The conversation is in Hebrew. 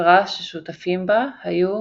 היו